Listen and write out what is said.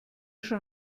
schon